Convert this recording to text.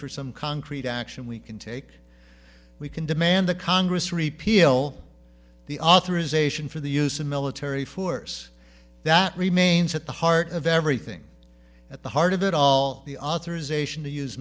for some concrete action we can take we can demand the congress repeal the authorization for the use of military force that remains at the heart of everything at the heart of it all the authorization to use